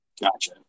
Gotcha